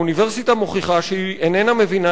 "האוניברסיטה מוכיחה שהיא איננה מבינה